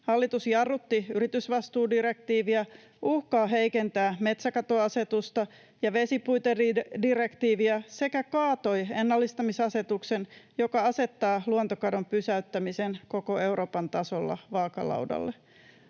Hallitus jarrutti yritysvastuudirektiiviä, uhkaa heikentää metsäkatoasetusta ja vesipuitedirektiiviä sekä kaatoi ennallistamisasetuksen, joka asettaa luontokadon pysäyttämisen koko Euroopan tasolla vaakalaudalle.